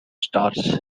stars